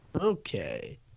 Okay